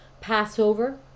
Passover